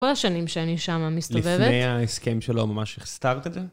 כל השנים שאני שמה מסתובבת. לפני ההסכם שלא ממש הסתרת את זה?